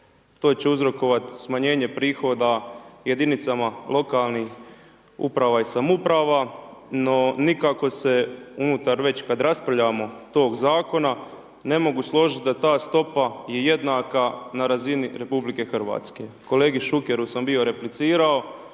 to će uzrokovati smanjenje prihoda jedinicama lokalnih uprava i samouprava, no nikako se unutar već, kada raspravljamo tog zakona, ne mogu složiti da ta stopa je jednaka na razini RH. Kolegi Šukeru sam bio replicirao,